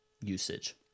usage